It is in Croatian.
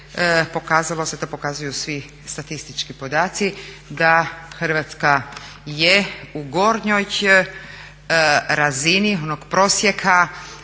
pokazalo se, to pokazuju svi statistički podaci da Hrvatska je u gornjoj razini onog prosjeka